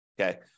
Okay